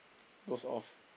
goes off